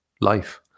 life